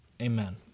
Amen